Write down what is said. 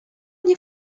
nie